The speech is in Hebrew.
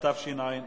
התשע"א